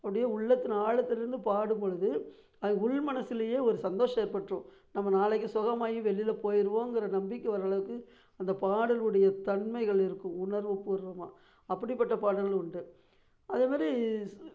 அப்டேயே உள்ளத்தின் ஆழத்தில் இருந்து பாடும்பொழுது அது உள் மனதுலையே ஒரு சந்தோஷம் ஏற்பட்டுடும் நம்ப நாளைக்கு சுகமாகி வெளியில் போயிடுவோங்குற நம்பிக்கை வரளவுக்கு அந்த பாடல்களுடைய தன்மைகள் இருக்கும் உணர்வுபூர்வமாக அப்புடிப்பட்ட பாடல்கள் உண்டு அதேமாரி